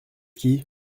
qui